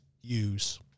use